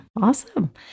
awesome